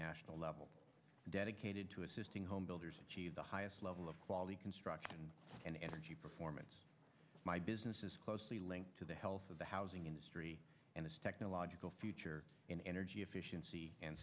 national level dedicated to assisting homebuilders achieve the highest level of quality construction and energy performance of my business is closely linked to the health of the housing industry and its technological future in energy efficiency and